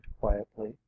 quietly